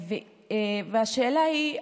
והשאלה היא,